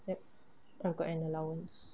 yup I got an allowance